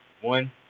One